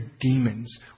demons